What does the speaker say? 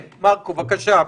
מרקו, בבקשה.